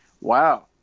wow